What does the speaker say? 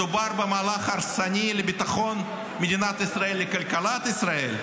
מדובר במהלך הרסני לביטחון מדינת ישראל ולכלכלת ישראל,